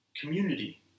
community